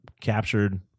captured